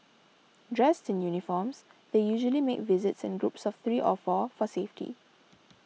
dressed in uniforms they usually make visits in groups of three of four for safety